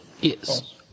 yes